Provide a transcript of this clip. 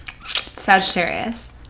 Sagittarius